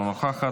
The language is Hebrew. אינו נוכח,